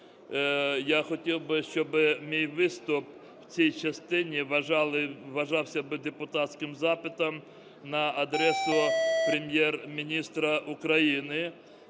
Я хотів би, щоб мій виступ в цій частині вважався би депутатським запитом на адресу Прем'єр-міністра України.